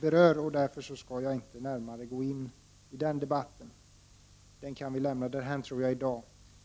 berör. Jag skall därför inte närmare gå in i denna debatt, utan vi kan lämna den därhän i dag.